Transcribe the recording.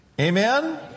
Amen